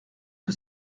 que